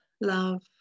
love